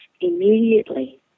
immediately